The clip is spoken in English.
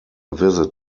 visit